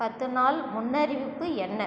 பத்து நாள் முன்னறிவிப்பு என்ன